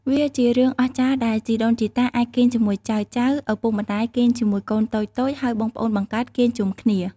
វាជារឿងអស្ចារ្យដែល ជីដូនជីតាអាចគេងជាមួយចៅៗ ឪពុកម្តាយគេងជាមួយកូនតូចៗ ហើយបងប្អូនបង្កើតគេងជុំគ្នា។